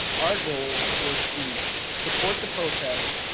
our goal, was to support the protest,